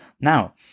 now